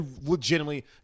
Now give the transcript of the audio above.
legitimately